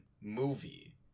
movie